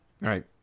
Right